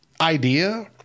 idea